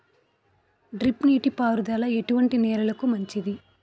Drip నీటి పారుదల ఎటువంటి నెలలకు మంచిది?